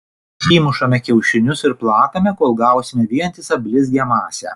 įmušame kiaušinius ir plakame kol gausime vientisą blizgią masę